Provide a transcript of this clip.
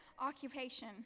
occupation